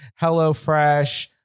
HelloFresh